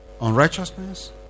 unrighteousness